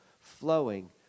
flowing